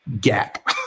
gap